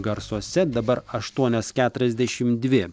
garsuose dabar aštuonios keturiasdešimt dvi